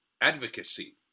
advocacy